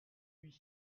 lui